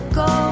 go